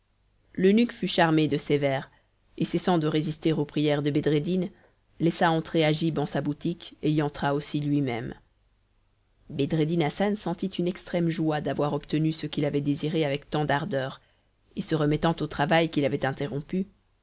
l'eunuque fut charmé de ces vers et cessant de résister aux prières de bedreddin laissa entrer agib en sa boutique et y entra aussi lui-même bedreddin hassan sentit une extrême joie d'avoir obtenu ce qu'il avait désiré avec tant d'ardeur et se remettant au travail qu'il avait interrompu